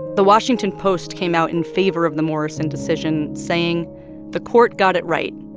the washington post came out in favor of the morrison decision, saying the court got it right.